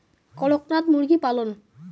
করকনাথ মুরগি পালন?